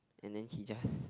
and then he just